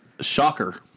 Shocker